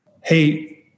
Hey